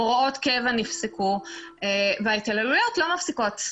הוראות קבע נפסקו וההתעללויות לא מפסיקות,